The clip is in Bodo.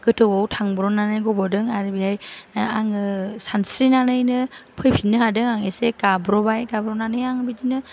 गोथौवाव थांब्र'नानै गब'दों आरो बेहाय आङो सानस्रिनानैनो फैफिननो हादों आं एसे गाब्र'बाय गाब्र'नानै आं बिदिनो